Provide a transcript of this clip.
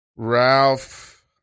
Ralph